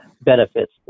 benefits